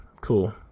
cool